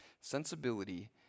Sensibility